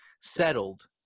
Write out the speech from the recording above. settled